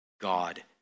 God